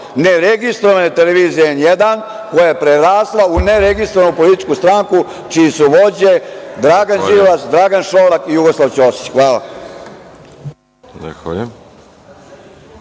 ne registrovane televizije N1 koja je prerasla u ne registrovanu političku stranku čije su vođe Dragan Đilas, Dragan Šolak i Jugoslav Ćosić. Hvala.